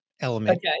element